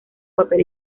papel